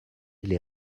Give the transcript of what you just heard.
les